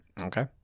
Okay